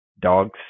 dogs